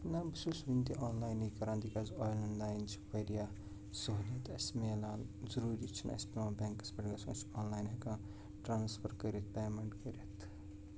نہَ بہٕ چھُس وُنہِ تہِ آن لاینٕے کَران تِکیٛازِ آن لایَن چھِ واریاہ سہوٗلیت اَسہِ میلان ضروٗری چھُنہٕ اَسہِ چھُ پٮ۪وان بینٛکس پٮ۪ٹھ گژھُن أسۍ چھِ آن لایَن ہٮ۪کان ٹرٛانٕسفَر کٔرِتھ پیمٮ۪نٛٹ کٔرِتھ